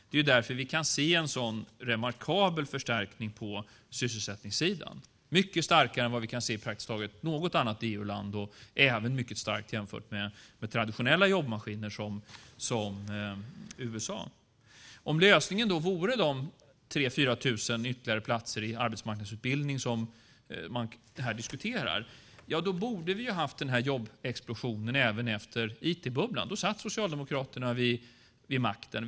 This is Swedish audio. Det är därför vi kan se en så remarkabel förstärkning på sysselsättningssidan - en mycket starkare förstärkning än vi kan se i praktiskt taget något annat land i Europa och även en mycket stark förstärkning jämfört med traditionella jobbmaskiner, exempelvis USA. Om lösningen vore de 3 000-4 000 ytterligare platser i arbetsmarknadsutbildning som man här diskuterar borde vi ha haft en jobbexplosion även efter IT-bubblan. Då satt Socialdemokraterna vid makten.